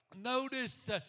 Notice